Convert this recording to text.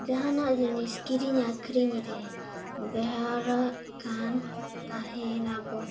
ᱡᱟᱦᱟᱱᱟᱜ ᱡᱤᱱᱤᱥ ᱠᱤᱨᱤᱧ ᱟᱹᱠᱷᱟᱨᱤ ᱨᱮ ᱵᱮᱣᱦᱟᱨᱚᱜ ᱠᱟᱱᱟ ᱛᱟᱦᱮᱱᱟᱵᱚᱱ